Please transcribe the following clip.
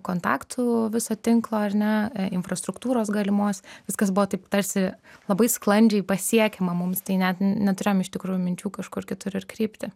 kontaktų viso tinklo ar ne infrastruktūros galimos viskas buvo taip tarsi labai sklandžiai pasiekiama mums tai net neturėjom iš tikrųjų minčių kažkur kitur ir krypti